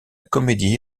comédie